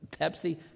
Pepsi